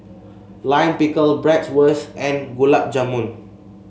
Lime Pickle Bratwurst and Gulab Jamun